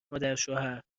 مادرشوهربه